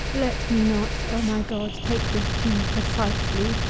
let me not, o my god, take this too precisely,